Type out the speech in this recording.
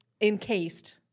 encased